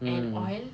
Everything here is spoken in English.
mm